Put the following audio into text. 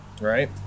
right